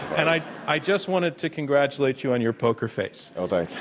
and i i just wanted to congratulate you on your poker face. oh,